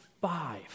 five